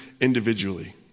individually